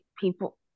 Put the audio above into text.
people